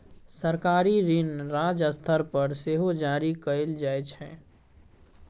सरकारी ऋण राज्य स्तर पर सेहो जारी कएल जाइ छै